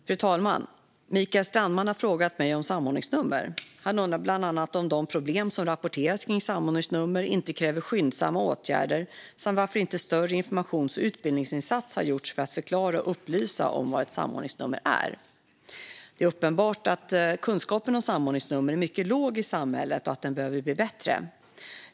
Fru talman! Mikael Strandman har frågat mig om samordningsnummer. Han undrar bland annat om de problem som rapporterats kring samordningsnummer inte kräver skyndsamma åtgärder samt varför inte en större informations och utbildningsinsats har gjorts för att förklara och upplysa om vad ett samordningsnummer är. Det är uppenbart att kunskapen om samordningsnummer är mycket låg i samhället och att den behöver bli bättre.